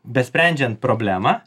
besprendžiant problemą